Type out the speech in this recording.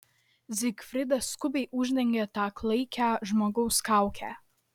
zigfridas skubiai uždengė tą klaikią žmogaus kaukę